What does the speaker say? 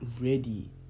ready